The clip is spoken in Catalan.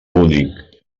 únic